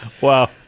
wow